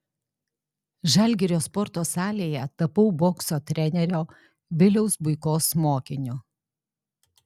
žalgirio sporto salėje tapau bokso trenerio viliaus buikos mokiniu